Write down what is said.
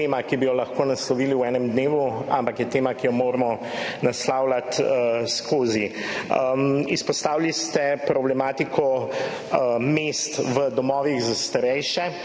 ki bi jo lahko naslovili v enem dnevu, ampak je tema, ki jo moramo naslavljati ves čas. Izpostavili ste problematiko mest v domovih za starejše,